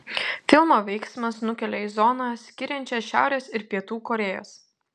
filmo veiksmas nukelia į zoną skiriančią šiaurės ir pietų korėjas